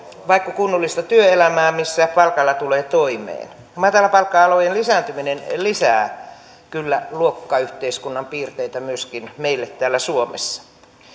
vaiko kunnollista työelämää missä palkalla tulee toimeen matalapalkka alojen lisääntyminen lisää kyllä luokkayhteiskunnan piirteitä myöskin meillä täällä suomessa